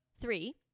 three